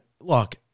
look